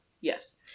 Yes